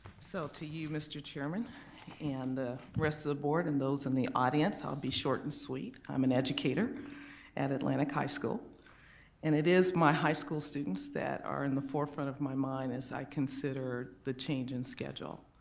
so to you mr. chairman and the rest of the board and those in the audience. i'll be short and sweet, i'm an educator at atlantic high school and it is my high school students that are in the forefront of my mind as i consider the change in schedule.